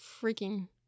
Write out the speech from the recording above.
freaking